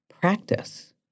practice